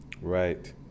Right